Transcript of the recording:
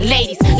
Ladies